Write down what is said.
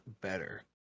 better